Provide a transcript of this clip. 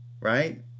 Right